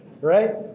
Right